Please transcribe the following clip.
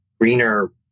greener